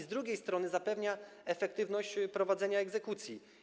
Z drugiej strony zapewnia efektywność prowadzenia egzekucji.